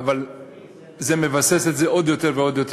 אבל זה מבסס את זה עוד יותר ועוד יותר.